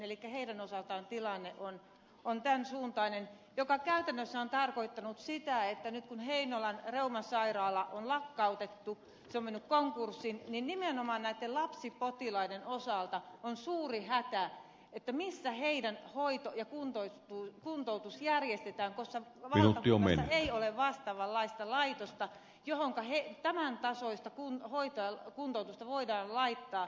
elikkä heidän osaltaan tilanne on tämän suuntainen mikä käytännössä on tarkoittanut sitä että nyt kun heinolan reumasairaala on lakkautettu on mennyt konkurssiin niin nimenomaan näiden lapsipotilaiden osalta on suuri hätä missä heidän hoitonsa ja kuntoutuksensa järjestetään koska valtakunnassa ei ole vastaavanlaista laitosta jossa he tämän tasoista hoitoa ja kuntoutusta voivat saada